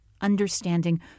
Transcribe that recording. understanding